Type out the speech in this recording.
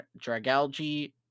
Dragalge